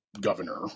governor